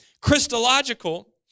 Christological